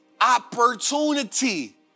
opportunity